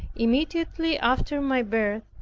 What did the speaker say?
immediately after my birth,